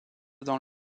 dans